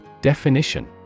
Definition